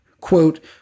Quote